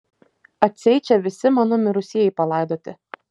atseit čia visi mano mirusieji palaidoti